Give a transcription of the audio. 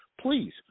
please